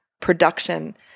production